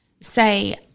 say